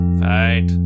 Fight